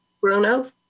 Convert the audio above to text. Bruno